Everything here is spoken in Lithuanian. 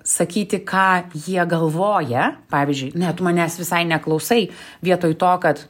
sakyti ką jie galvoja pavyzdžiui net manęs visai neklausai vietoj to kad